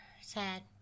sad